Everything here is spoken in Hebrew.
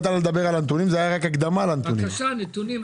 בבקשה, נתונים.